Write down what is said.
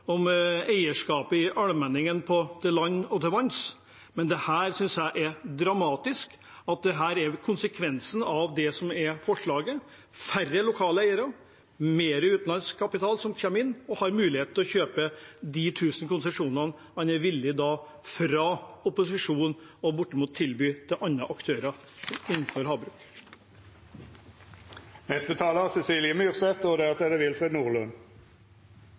om eierskapet til allmenningen på land og til vanns. Jeg synes det er dramatisk at dette er konsekvensen av forslaget – færre lokale eiere og mer utenlandsk kapital som kommer inn, og som har mulighet til å kjøpe de 1 000 konsesjonene man fra opposisjonens side er villig til bortimot å tilby andre aktører innenfor havbruk.